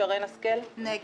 שרן השכל, נגד.